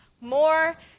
More